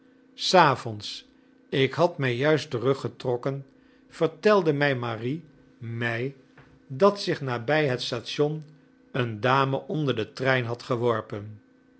s avonds ik had mij juist teruggetrokken vertelde mijn marie mij dat zich nabij het station een dame onder den trein had geworpen